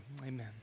amen